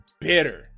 bitter